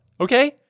okay